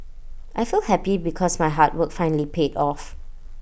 I feel happy because my hard work finally paid off